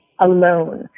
alone